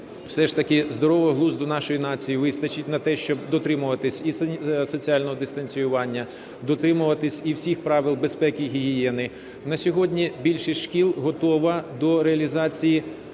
все ж таки здорового глузду нашої нації вистачить на те, щоб дотримуватись і соціального дистанціювання, дотримуватись і всіх правил безпеки і гігієни. На сьогодні більшість шкіл готова до реалізації